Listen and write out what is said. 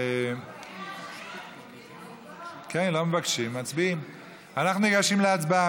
אנחנו ניגשים להצבעה.